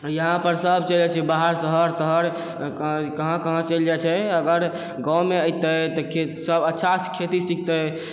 यहाँपर सब चलि जाइ छै बाहर शहर तहर कहाँ कहाँ चलि जाइ छै अगर गाँवमे ऐतै तऽ सब अच्छासँ खेती सिखतै